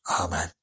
Amen